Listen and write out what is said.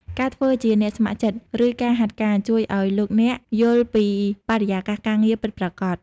ការធ្វើជាអ្នកស្ម័គ្រចិត្ត ឬការហាត់ការ ជួយឱ្យលោកអ្នកយល់ពីបរិយាកាសការងារពិតប្រាកដ។